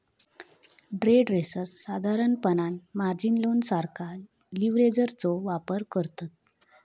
day traders साधारणपणान margin loan सारखा लीव्हरेजचो वापर करतत